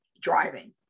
driving